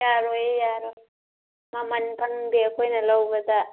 ꯌꯥꯔꯣꯏꯌꯦ ꯌꯥꯔꯣꯏ ꯃꯃꯜ ꯐꯪꯗꯦ ꯑꯩꯈꯣꯏꯅ ꯂꯧꯕꯗ